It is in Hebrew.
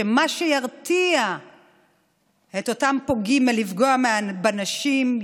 שמה שירתיע את אותם פוגעים מלפגוע בנשים,